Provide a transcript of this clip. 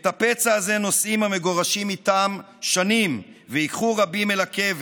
את הפצע הזה נושאים איתם המגורשים שנים וייקחו רבים אל הקבר.